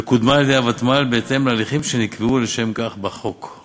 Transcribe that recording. וקודמה על-ידי הוותמ"ל בהתאם להליכים שנקבעו לשם כך בחוק.